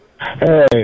Hey